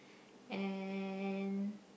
and